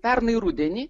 pernai rudenį